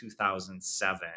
2007